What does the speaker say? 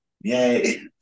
Yay